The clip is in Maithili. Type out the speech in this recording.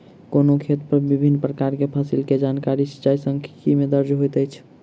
कोनो खेत पर विभिन प्रकार के फसिल के जानकारी सिचाई सांख्यिकी में दर्ज होइत अछि